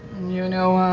you know,